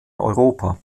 europa